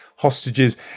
hostages